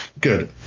Good